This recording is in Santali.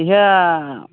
ᱤᱦᱟ